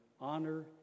honor